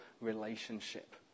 relationship